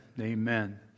amen